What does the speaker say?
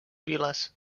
viles